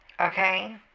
Okay